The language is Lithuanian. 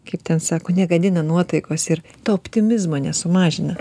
kaip ten sako negadina nuotaikos ir to optimizmo nesumažina